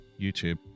YouTube